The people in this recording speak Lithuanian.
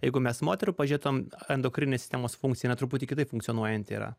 jeigu mes moterų pažiūrėtumėm endokrininės sistemos funkciją truputį kitaip funkcionuojanti yra